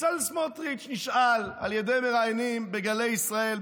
בצלאל סמוטריץ' נשאל על ידי מראיינים בגלי ישראל,